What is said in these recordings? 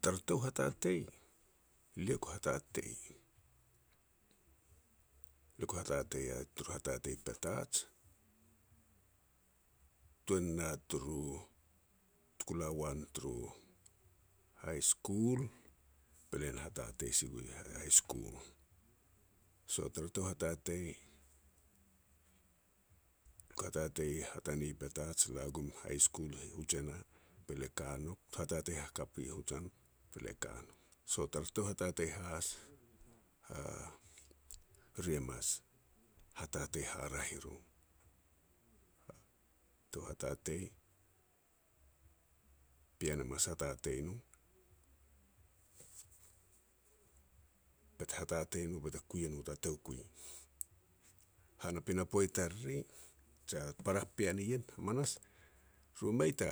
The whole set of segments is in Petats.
Tara tou hatatei, elia ku hatatei. Lia ku hatatei ia turu hatatei Petats, tuan na turu, tuku la wan turu High School, be lia na hatatei si gue High-High-High School. So tara tou hatatei lia ku hatatei hatane i Petats, la gum High School Hutjena, be lia ka nouk hatatei hakap i Hutjena be lia ka nouk. So tara tou hatatei has e ri mas hatatei haraeh i ro. Tou hatatei, pean e mas hatatei no bete hatatei no bete kui e no ta tou kui. Han a pinapo tariri, jia para pean i ien hamanas, ru mei ta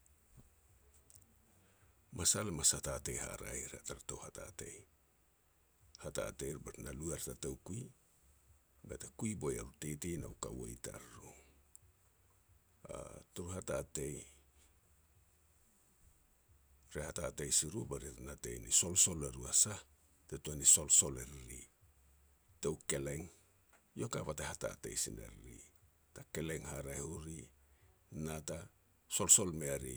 masal e mas hatatei haraeh ir tara tou hatatei. Hatateir bet na lu er ta toukui, bete kui boi er u tete na u kaua i tariru. Tur hatatei, re hatatei si ru be ri te natei ni sol sol e ru a sah te tuan ni solsol e riri. Tou keleng, iau ka bah te hatatei sin e riri ta keleng haraeh u ri, na ta solsol mea ri